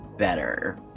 better